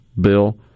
Bill